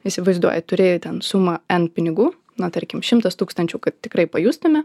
įsivaizduoji turi ten sumą n pinigų na tarkim šimtas tūkstančių kad tikrai pajustume